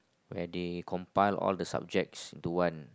where they compile all the subjects into one